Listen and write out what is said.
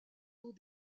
eaux